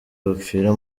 bapfira